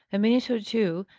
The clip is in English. a minute or two,